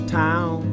town